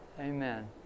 Amen